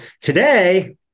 today